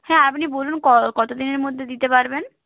হ্যাঁ আপনি বলুন কত দিনের মধ্যে দিতে পারবেন